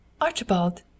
Archibald